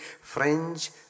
French